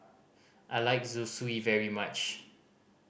I like Zosui very much